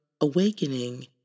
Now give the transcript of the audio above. awakening